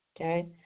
Okay